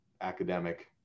academic